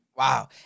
Wow